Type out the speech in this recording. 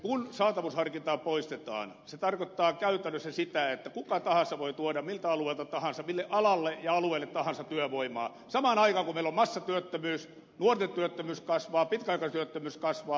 kun saatavuusharkintaa poistetaan se tarkoittaa käytännössä sitä että kuka tahansa voi tuoda miltä alueelta tahansa mille alalle ja alueelle tahansa työvoimaa samaan aikaan kun meillä on massatyöttömyys nuorten työttömyys kasvaa pitkäaikaistyöttömyys kasvaa